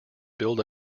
build